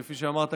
כפי שאמרת,